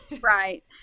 Right